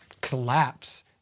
collapse